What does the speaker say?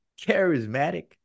charismatic